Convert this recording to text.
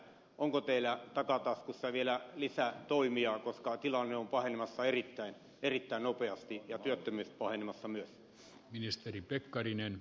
onko teillä takataskussa vielä lisätoimia koska tilanne on pahenemassa erittäin nopeasti ja työttömyys pahenemassa myös